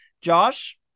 Josh